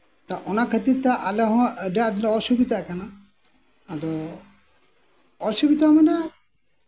ᱚᱱᱟ ᱠᱷᱟᱹᱛᱤᱨᱛᱮ ᱟᱞᱮ ᱦᱚᱸ ᱟᱹᱰᱤ ᱟᱸᱴᱞᱮ ᱚᱥᱩᱵᱤᱫᱷᱟᱜ ᱠᱟᱱᱟ ᱟᱫᱚ ᱚᱥᱩᱵᱤᱫᱷᱟ ᱢᱟᱱᱮ